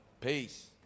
Peace